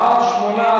(תנאי